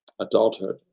adulthood